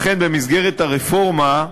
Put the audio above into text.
לכן, במסגרת הרפורמה,